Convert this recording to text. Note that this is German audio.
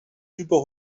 über